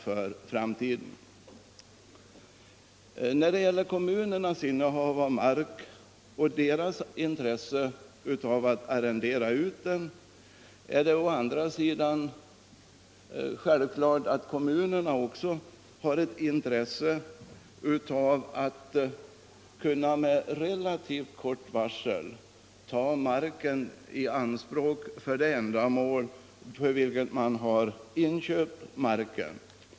Vad beträffar kommunernas innehav av mark och deras intresse av att kunna arrendera ut den, så är det också klart att kommunerna har behov av att med relativt kort varsel kunna ta marken i anspråk för det ändamål till vilket de har inköpt den.